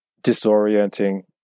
disorienting